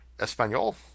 Espanol